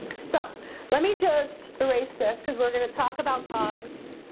so let me just erase this cuz we're gonna talk about cogs